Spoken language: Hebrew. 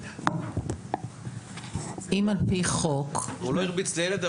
הוא לא הרביץ לילד,